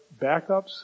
backups